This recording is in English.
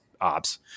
ops